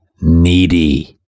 needy